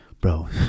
bro